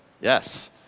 yes